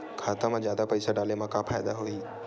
खाता मा जादा पईसा डाले मा का फ़ायदा होही?